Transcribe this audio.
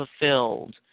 fulfilled